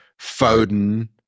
Foden